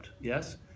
yes